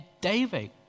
David